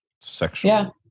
Sexual